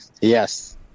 Yes